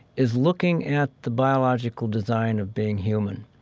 is looking at the biological design of being human.